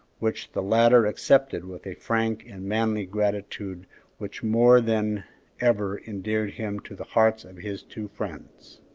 which the latter accepted with a frank and manly gratitude which more than ever endeared him to the hearts of his two friends.